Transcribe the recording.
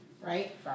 Right